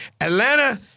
Atlanta